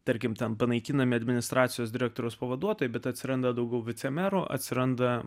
tarkim ten panaikinami administracijos direktoriaus pavaduotojai bet atsiranda daugiau vicemerų atsiranda